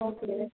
okay